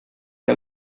què